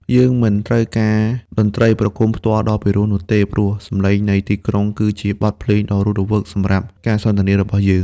យើងមិនត្រូវការតន្ត្រីប្រគំផ្ទាល់ដ៏ពិរោះនោះទេ ព្រោះសម្លេងនៃទីក្រុង គឺជាបទភ្លេងដ៏រស់រវើកសម្រាប់ការសន្ទនារបស់យើង។